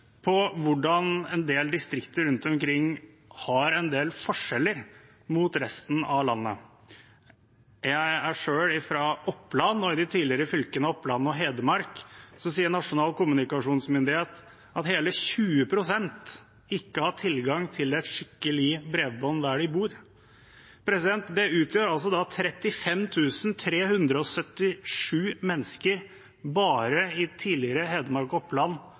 på hvordan en del distrikter rundt omkring har en del forskjeller i forhold til resten av landet. Jeg er selv fra Oppland, og Nasjonal kommunikasjonsmyndighet sier at i de tidligere fylkene Oppland og Hedmark har hele 20 pst. ikke tilgang til et skikkelig bredbånd der de bor. Det er altså 35 377 mennesker bare i tidligere Hedmark og Oppland